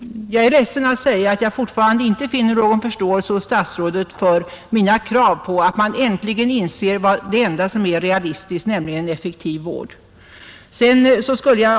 Jag är ledsen över att behöva säga att jag fortfarande inte finner någon förståelse hos statsrådet för mina krav på att man äntligen inser att det primära är effektiv vård.